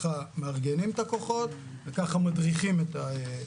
מארגנים את הכוחות וככה מדריכים את הכוחות.